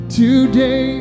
today